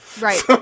Right